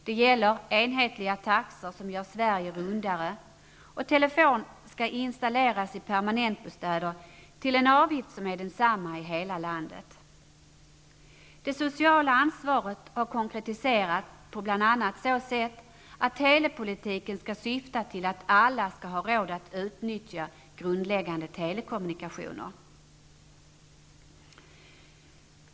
Det gäller: enhetliga teletaxor som gör Sverige rundare telefon skall installeras i permanentbostäder till en avgift som är densamma i hela landet Det sociala ansvaret har konkretiserats bl.a. på så sätt att telepolitiken skall syfta till att alla skall ha råd att utnyttja grundläggande telekommunikationer.